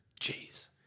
Jeez